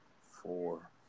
four